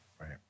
Right